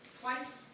twice